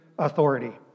authority